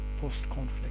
post-conflict